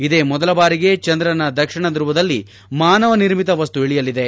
ಇದೇ ಮೊದಲ ಬಾರಿಗೆ ಚಂದ್ರನ ದಕ್ಷಿಣ ಧುವದಲ್ಲಿ ಮಾನವ ನಿರ್ಮಿತ ವಸ್ತು ಇಳಿಯಲಿದೆ